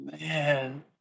Man